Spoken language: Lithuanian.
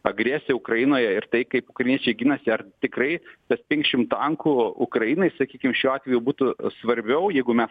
agresiją ukrainoje ir tai kaip ukrainiečiai ginasi ar tikrai tas penkiasdešim tankų ukrainai sakykim šiuo atveju būtų svarbiau jeigu mes